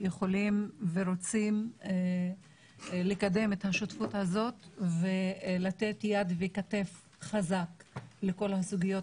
יכולים ורוצים לקדם את השותפות הזאת ולתת כתף חזקה לכל הסוגיות